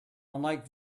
unlike